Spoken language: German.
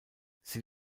sie